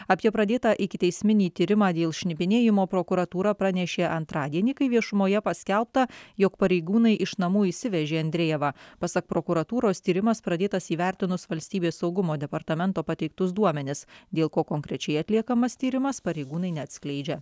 apie pradėtą ikiteisminį tyrimą dėl šnipinėjimo prokuratūra pranešė antradienį kai viešumoje paskelbta jog pareigūnai iš namų išsivežė andrėjevą pasak prokuratūros tyrimas pradėtas įvertinus valstybės saugumo departamento pateiktus duomenis dėl ko konkrečiai atliekamas tyrimas pareigūnai neatskleidžia